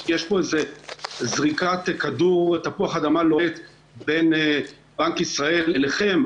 כי יש פה איזו זריקת תפוח אדמה לוהט בין בנק ישראל אליכם,